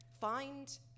Find